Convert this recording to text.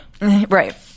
Right